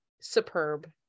superb